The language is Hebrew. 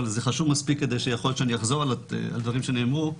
אבל זה חשוב מספיק כדי שיכול להיות שאני אחזור על דברים שנאמרו.